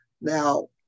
Now